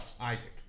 Isaac